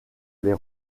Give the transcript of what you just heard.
les